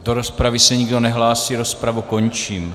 Do rozpravy se nikdo nehlásí, rozpravu končím.